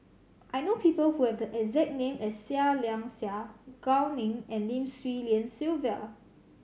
I know people who have the exact name as Seah Liang Seah Gao Ning and Lim Swee Lian Sylvia